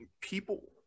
People